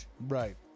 Right